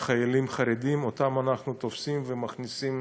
חיילים חרדים, אותם אנחנו תופסים ומכניסים